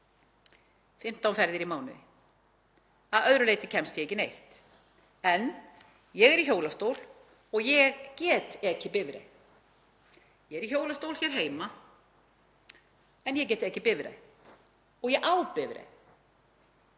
15 ferðir í mánuði. Að öðru leyti kemst ég ekki neitt. Ég er í hjólastól og ég get ekið bifreið. Ég er í hjólastól hér heima en ég get ekið bifreið og ég á bifreið